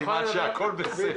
סימן שהכול בסדר.